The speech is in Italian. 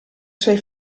suoi